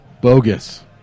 bogus